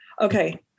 Okay